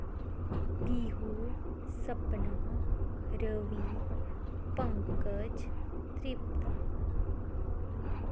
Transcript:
Pihu Sapna Ravi Pankaj Tripta